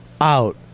Out